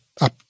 up